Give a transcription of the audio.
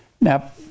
Now